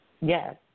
Yes